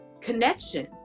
connection